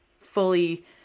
fully